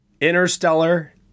Interstellar